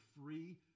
free